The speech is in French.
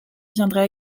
viendra